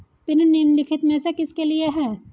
Pin निम्नलिखित में से किसके लिए है?